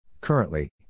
Currently